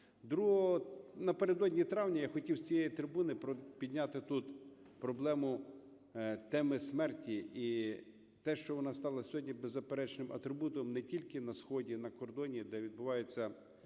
житті? Напередодні травня я хотів з цієї трибуни підняти тут проблему теми смерті, і те, що вона стала сьогодні беззаперечним атрибутом не тільки на сході, на кордоні, де відбуваються